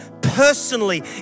personally